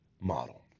model